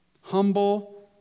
Humble